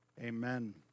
Amen